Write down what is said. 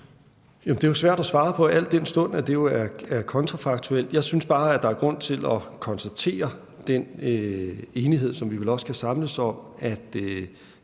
Det er jo svært at svare på, al den stund at det jo er kontrafaktuelt. Jeg synes bare, der er grund til at konstatere den enighed, som vi vel også kan samles om,